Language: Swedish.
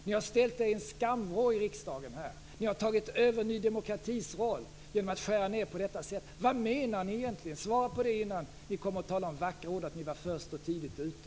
Ni ställt er i en skamvrå i riksdagen. Ni har tagit över Ny demokratis roll genom att vilja skära ned på detta sätt. Vad menar ni egentligen? Svara på det innan ni talar med vackra ord om att ni var först och tidigt ute!